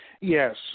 Yes